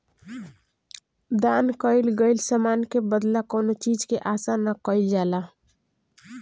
दान कईल गईल समान के बदला कौनो चीज के आसा ना कईल जाला